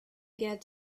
get